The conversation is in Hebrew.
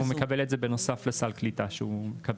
הוא מקבל את זה בנוסף לסל הקליטה שהוא מקבל.